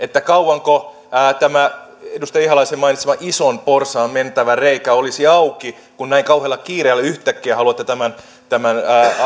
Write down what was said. kauanko tämä edustaja ihalaisen mainitsema ison porsaan mentävä reikä olisi auki kun näin kauhealla kiireellä yhtäkkiä haluatte tämän tämän